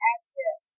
Address